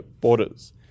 borders